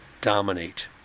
dominate